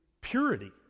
purity